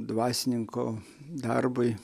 dvasininko darbui